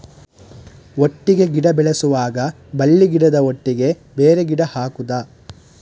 ಒಟ್ಟಿಗೆ ಗಿಡ ಬೆಳೆಸುವಾಗ ಬಳ್ಳಿ ಗಿಡದ ಒಟ್ಟಿಗೆ ಬೇರೆ ಗಿಡ ಹಾಕುದ?